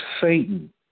Satan